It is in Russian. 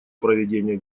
проведения